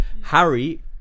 Harry